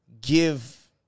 give